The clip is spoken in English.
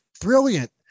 brilliant